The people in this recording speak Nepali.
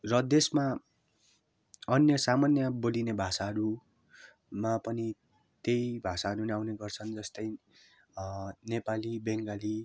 र देशमा अन्य सामान्य बोलिने भाषाहरूमा पनि त्यही भाषाहरू नै आउने गर्छन् जस्तै नेपाली बङ्गाली